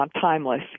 timeless